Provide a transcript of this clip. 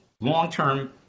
long-term